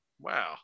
Wow